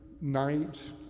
night